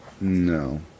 No